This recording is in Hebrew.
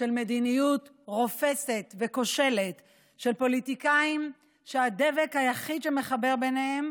של מדיניות רופסת וכושלת של פוליטיקאים שהדבק היחיד שמחבר ביניהם